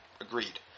agreed